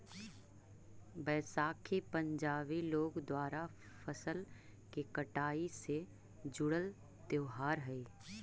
बैसाखी पंजाबी लोग द्वारा फसल के कटाई से जुड़ल त्योहार हइ